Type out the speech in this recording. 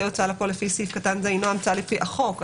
הוצאה לפועל לפי סעיף קטן זה אינו המצאה לפי החוק.